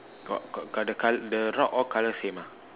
got got got the col~ the rock all colour same ah